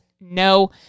No